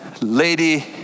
lady